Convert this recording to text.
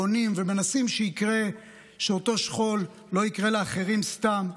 בונים ומנסים שאותו שכול לא יקרה לאחרים סתם,